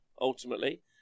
ultimately